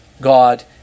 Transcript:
God